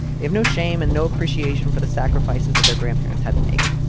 they have no shame and no appreciation for the sacrifices that their grandparents had to make.